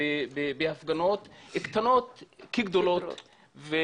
בהפגנות קטנות כגדולות,